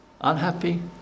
Unhappy